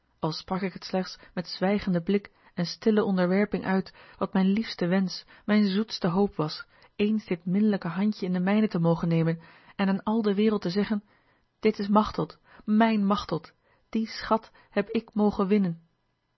als ik het slechts met zwijgenden blik en stille onderwerping uit wat mijn liefste wensch mijn zoetste hoop was eens dit minlijk handje in de mijne te mogen nemen en aan al de wereld te zeggen dit is machteld mijne machteld dien schat heb ik mogen winnen